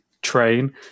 train